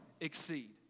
exceed